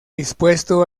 dispuesto